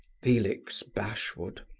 felix bashwood.